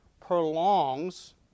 prolongs